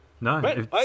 No